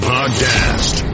Podcast